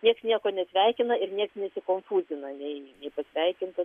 niekas nieko nesveikina ir nieks nesikonfūzina nei pasveikintas